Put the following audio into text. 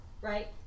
right